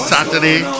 Saturday